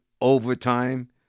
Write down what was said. overtime